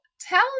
tell